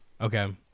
Okay